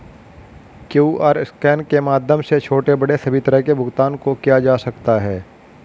QR scan के माध्यम से छोटे बड़े सभी तरह के भुगतान को किया जा सकता है